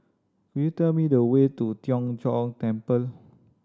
you tell me the way to Tien Chor Temple